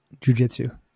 jujitsu